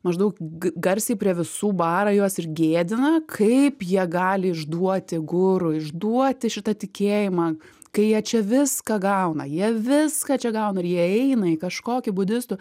maždaug g garsiai prie visų bara juos ir gėdina kaip jie gali išduoti guru išduoti šitą tikėjimą kai jie čia viską gauna jie viską čia gauna ir jie eina į kažkokį budistų